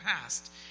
past